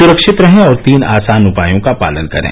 सुरक्षित रहें और तीन आसान उपायों का पालन करें